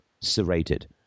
serrated